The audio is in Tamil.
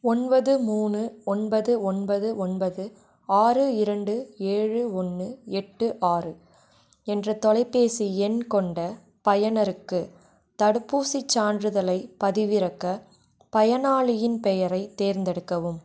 ஒன்பது மூணு ஒன்பது ஒன்பது ஒன்பது ஆறு இரண்டு ஏழு ஒன்று எட்டு ஆறு என்ற தொலைபேசி எண் கொண்ட பயனருக்கு தடுப்பூசிச் சான்றிதழைப் பதிவிறக்க பயனாளியின் பெயரைத் தேர்ந்தெடுக்கவும்